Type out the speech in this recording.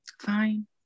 fine